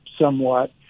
somewhat